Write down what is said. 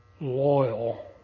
loyal